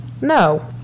No